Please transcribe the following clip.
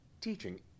teaching